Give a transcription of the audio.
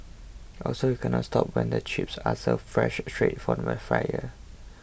also you can't stop when the chips are served fresh straight from the fryer